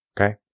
Okay